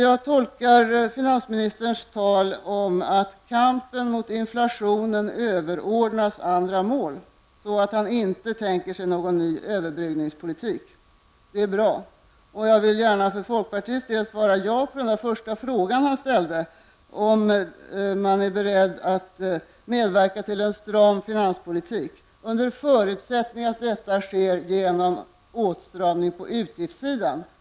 Jag tolkar finansministerns tal om att kampen mot inflationen överordnas andra mål så, att han inte tänker sig någon ny överbryggningspolitik. Jag vill gärna för folkpartiets del svara ja på den första frågan han ställde om man är beredd att medverka till en stram finanspolitik, under förutsättning att detta sker genom åtstramning på utgiftssidan.